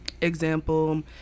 example